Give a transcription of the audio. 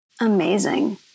Amazing